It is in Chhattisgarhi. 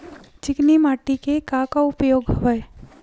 चिकनी माटी के का का उपयोग हवय?